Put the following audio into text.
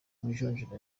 majonjora